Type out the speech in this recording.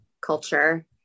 culture